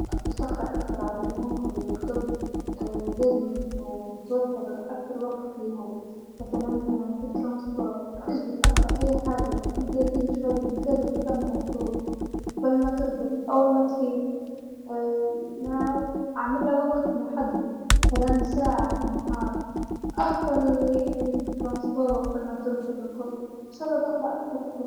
إنت لو بديت تقرأ كل يوم كل يوم جبل ما تنام ربع ساعة بس ربع ساعة، راح تكون هذي عادة عندك كل يوم راح تزيد الربع ساعة بتحطين ثلث ساعة ثلث ساعة بدون ثلث ساعة، إذا الشيء صار عادة بعدين بتقدر تتحكم في مدتها بس انك تبدأ.